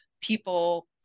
people